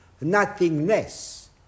nothingness